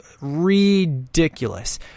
ridiculous